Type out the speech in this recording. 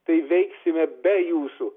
tai veiksime be jūsų